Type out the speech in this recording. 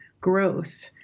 growth